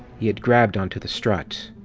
he had grabbed on to the strut.